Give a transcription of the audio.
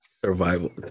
Survival